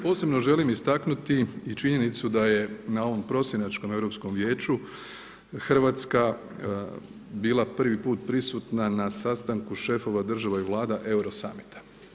Posebno želim istaknuti i činjenicu da je na ovom prosinačkom Europskom vijeću Hrvatska bila prvi put prisutna na sastanku šefova država i vlada Euro summita.